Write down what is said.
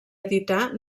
editar